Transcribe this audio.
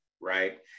right